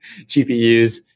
GPUs